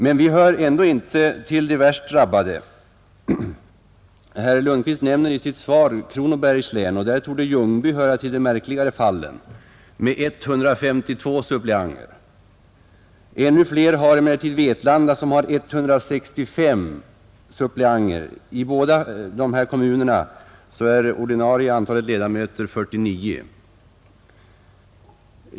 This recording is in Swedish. Men vi hör ändå inte till de värst drabbade, Herr Lundkvist nämner i sitt svar Kronobergs län, och där torde Ljungby höra till de märkligare fallen med 152 suppleanter. Ännu flera har emellertid Vetlanda, som har 165 suppleanter. I båda dessa kommuner är antalet ordinarie ledamöter 49.